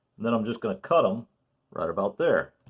then i'm just going to cut them right about there.